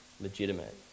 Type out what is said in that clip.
legitimate